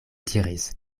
diris